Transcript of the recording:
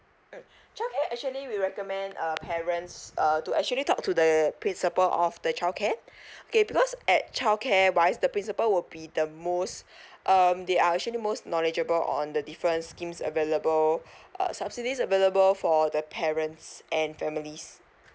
um childcare actually we recommend uh parents err to actually talk to the principal of the childcare okay because at childcare wise the principal would be the most um they are actually most knowledgeable on the different schemes available uh subsidies available for the parents and families